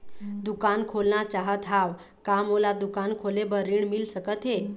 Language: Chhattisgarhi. दुकान खोलना चाहत हाव, का मोला दुकान खोले बर ऋण मिल सकत हे?